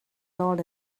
told